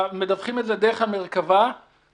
לא כל 150 יבוצעו.